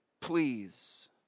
please